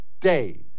days